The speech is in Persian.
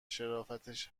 شرافتش